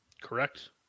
correct